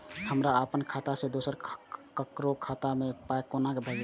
हमरा आपन खाता से दोसर ककरो खाता मे पाय कोना भेजबै?